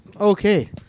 Okay